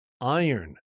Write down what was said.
iron